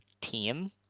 team